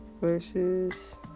versus